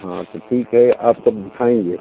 हाँ तो ठीक है आप कब दिखाएँगे